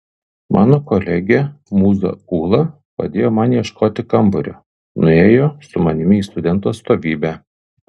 mano kolegė mūza ūla padėjo man ieškoti kambario nuėjo su manimi į studentų atstovybę